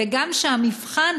וגם שהמבחן,